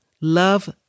Love